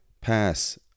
Pass